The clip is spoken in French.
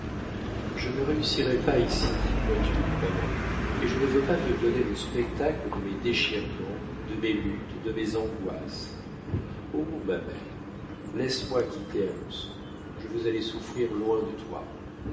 je ne réussirai pas ici vois-tu maman et je ne veux pas te donner le spectacle de mes déchirements de mes luttes de mes angoisses oh ma mère laisse-moi quitter alençon je veux aller souffrir loin de toi